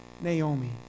Naomi